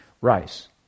rice